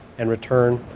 and return,